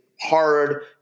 hard